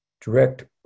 direct